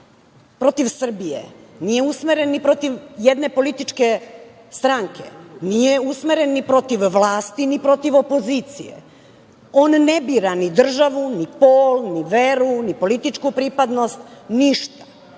protiv Srbije, nije usmeren ni protiv jedne političke stranke, nije usmeren ni protiv vlasti ni protiv opozicije, on ne bira ni državu, ni pol, ni veru, ni političku pripadnost, ništa? Da